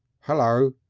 hello.